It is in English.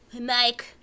Mike